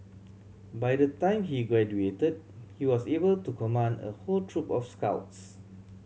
by the time he graduated he was able to command a whole troop of scouts